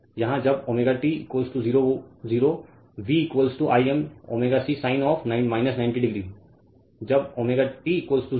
यहाँ जब ω t 0 V I m ω c sin of 90 degree जब ω t 0